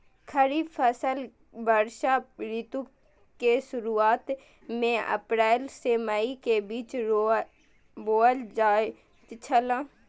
खरीफ के फसल वर्षा ऋतु के शुरुआत में अप्रैल से मई के बीच बौअल जायत छला